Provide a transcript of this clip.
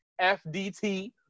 FDT